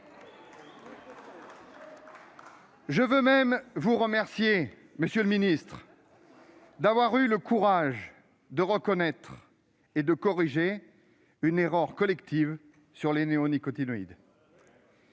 Je veux même vous remercier d'avoir eu le courage de reconnaître et de corriger une erreur collective sur les néonicotinoïdes.